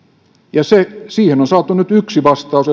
ja siihen on saatu nyt edustaja eestilältä yksi vastaus